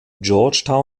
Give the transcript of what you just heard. georgetown